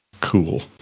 Cool